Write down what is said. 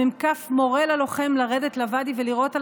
המ"כ מורה ללוחם לרדת לוואדי ולירות על